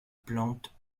plante